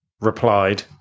replied